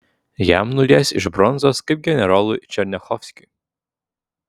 jam nulies iš bronzos kaip generolui černiachovskiui